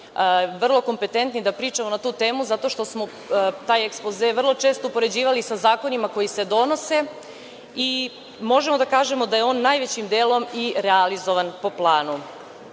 vrlo kompetentni da pričamo na tu temu zato što smo taj ekspoze vrlo često upoređivali sa zakonima koji se donose i možemo da kažemo da je on najvećim delom i realizovan po planu. Jedino